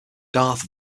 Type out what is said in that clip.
darth